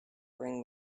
bring